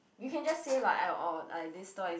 you can just say like I or like this store is